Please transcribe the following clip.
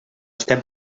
estem